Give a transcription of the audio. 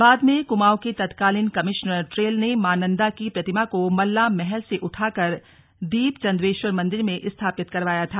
बाद में कुमाऊं के तत्कालीन कमिश्नर ट्रेल ने मां नन्दा की प्रतिमा को मल्ला महल से उठाकर दीप चंदेश्वर मंदिर में स्थापित करवाया था